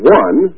one